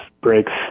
breaks